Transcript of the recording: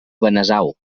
benasau